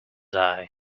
eye